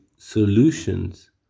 solutions